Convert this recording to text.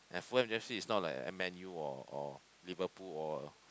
Fulham F_C is not like a Man U or or Liverpool or